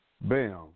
Bam